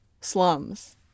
slums